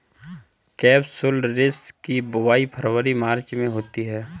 capsularis की बुवाई फरवरी मार्च में होती है